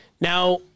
Now